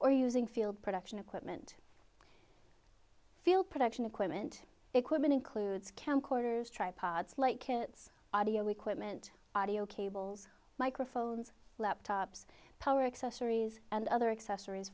or using field production equipment field production equipment equipment includes count quarters tripods light kits audio equipment audio cables microphones laptops power accessories and other accessories